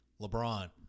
LeBron